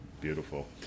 beautiful